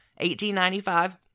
1895